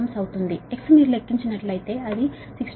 6Ω అవుతుంది మీరు X లెక్కించినట్లయితే అది 60